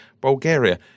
Bulgaria